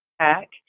pack